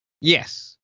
Yes